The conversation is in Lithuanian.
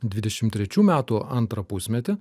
dvidešimt trečių metų antrą pusmetį